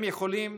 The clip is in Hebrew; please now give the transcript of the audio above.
הם יכולים,